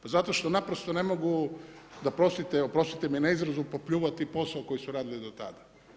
Pa zato što naprosto ne mogu, da prostite, oprostite mi na izrazu, popljuvati posao koji su radili do tada.